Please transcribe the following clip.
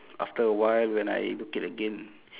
after a while when I look it again